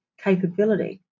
capability